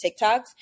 TikToks